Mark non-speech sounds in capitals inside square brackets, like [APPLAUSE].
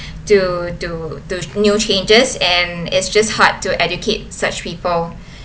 to to new changes and it's just hard to educate such people [BREATH]